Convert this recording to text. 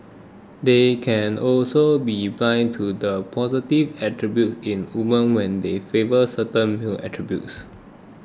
they can also be blind to the positive attributes in woman when they favour certain male attributes